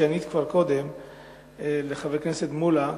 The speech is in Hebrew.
שענית עליו כבר קודם לחבר הכנסת מולה: